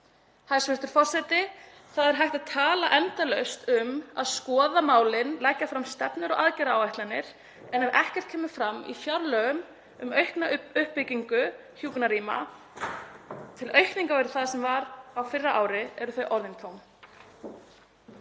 Hæstv. forseti. Það er hægt að tala endalaust um að skoða málin og leggja fram stefnur og aðgerðaáætlanir en ef ekkert kemur fram í fjárlögum um aukna uppbyggingu hjúkrunarrýma, til aukningar við það sem var á fyrra ári, eru það orðin tóm.